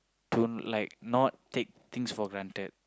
to like not take things for granted